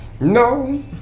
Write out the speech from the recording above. No